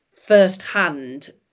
firsthand